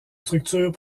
structure